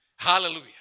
Hallelujah